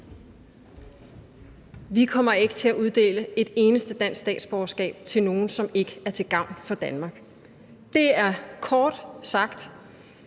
Vi kommer ikke til at uddele et eneste dansk statsborgerskab til nogen, som ikke er til gavn for Danmark – kort sagt.